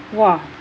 !wah!